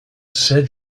said